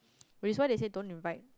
which is why they say don't invite